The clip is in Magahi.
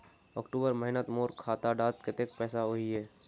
अक्टूबर महीनात मोर खाता डात कत्ते पैसा अहिये?